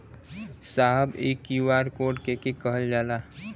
साहब इ QR code के के कहल जाला?